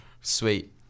Sweet